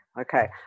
Okay